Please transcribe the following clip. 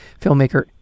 filmmaker